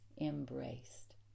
embraced